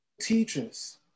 teachers